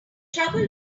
trouble